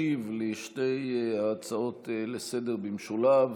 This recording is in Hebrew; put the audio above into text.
ישיב על שתי ההצעות לסדר-היום במשולב